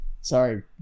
sorry